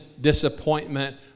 disappointment